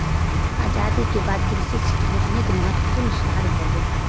आजादी के बाद कृषि क्षेत्र मे अनेक महत्वपूर्ण सुधार भेलैए